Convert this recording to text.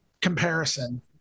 comparison